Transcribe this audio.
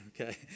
okay